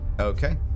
Okay